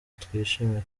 twishime